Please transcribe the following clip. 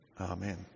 Amen